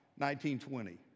1920